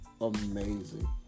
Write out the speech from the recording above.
amazing